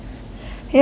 ya lah